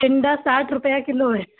टिंडा साठ रुपये किलो है